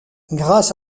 grâce